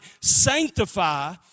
sanctify